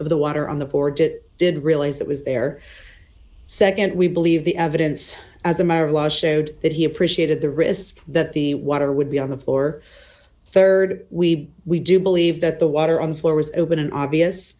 of the water on the board it did realize that was their nd we believe the evidence as a maryland showed that he appreciated the risk that the water would be on the floor rd we we do believe that the water on the floor was open and obvious